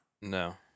No